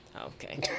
Okay